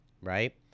right